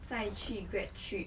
再去 grad trip